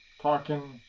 talking.